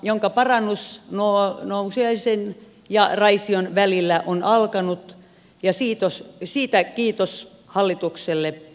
kasitien parannus nousiaisen ja raision välillä on alkanut ja siitä kiitos hallitukselle